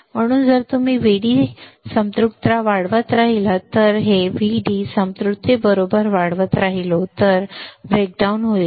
म्हणून जर तुम्ही व्हीडी संपृक्तता वाढवत राहिलात जर मी हे व्हीडी संतृप्ति बरोबर वाढवत राहिलो तर यामुळे ब्रेकडाउन होईल